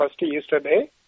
yesterday